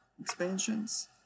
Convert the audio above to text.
expansions